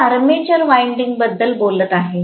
मी armature winding बद्दल बोलत आहे